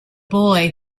boy